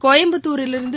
கோயம்புத்தூரிலிருந்து